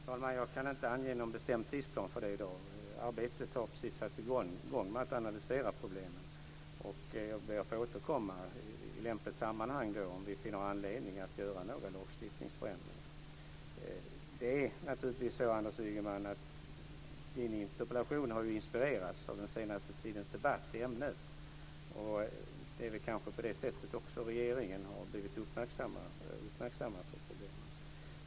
Fru talman! Jag kan inte ange någon bestämd tidsplan för det i dag. Arbetet har precis satts i gång med att analysera problemen. Jag ber att få återkomma i lämpligt sammanhang om vi finner anledning att göra några lagstiftningsförändringar. Det är naturligtvis så att Anders Ygemans interpellation har inspirerats av den senaste tidens debatt i ämnet. Det är väl kanske också på det sättet som regeringen har blivit uppmärksammad på problemen.